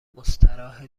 مستراحه